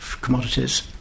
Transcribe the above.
commodities